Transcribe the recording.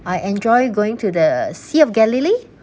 I enjoy going to the sea of galilee